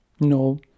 No